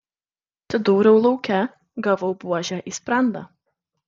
atsidūriau lauke gavau buože į sprandą